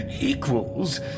Equals